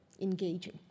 engaging